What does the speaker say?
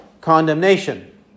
condemnation